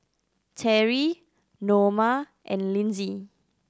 Terry Noma and Lindsey